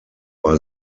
war